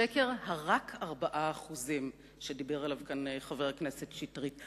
שקר ה"רק 4%", שדיבר עליו כאן חבר הכנסת שטרית.